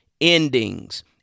endings